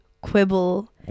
quibble